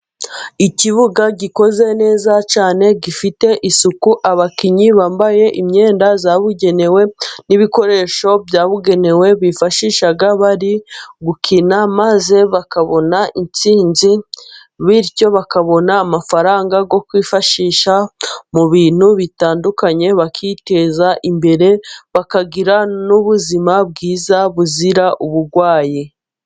Ikibuga gikoze neza cyane gifite isuku, abakinnyi bambaye imyenda yabugenewe n'ibikoresho byabugenewe bifashisha bari gukina, maze bakabona intsinzi, bityo bakabona amafaranga yo kwifashisha mu bintu bitandukanye bakiteza imbere, bakagira n'ubuzima bwiza buzira uburwayi.